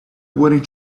wanted